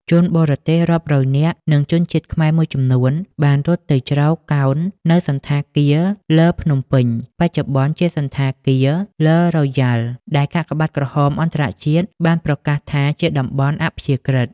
ជនបរទេសរាប់រយនាក់ និងជនជាតិខ្មែរមួយចំនួនបានរត់ទៅជ្រកកោននៅសណ្ឋាគារឡឺភ្នំ បច្ចុប្បន្នជាសណ្ឋាគារឡឺរ៉ូយ៉ាល់ ដែលកាកបាទក្រហមអន្តរជាតិបានប្រកាសថាជាតំបន់អព្យាក្រឹត។